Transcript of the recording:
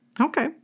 Okay